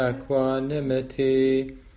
equanimity